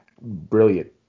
Brilliant